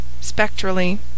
spectrally